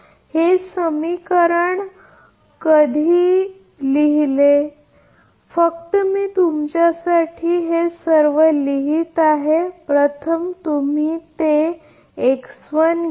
तर हे समीकरण कधी लिहितो फक्त मी तुमच्या सर्वासाठी हे लिहित आहे प्रथम तुम्ही ते घ्या